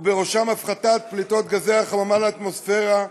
ובראשם הפחתת פליטת גזי החממה לאטמוספרה,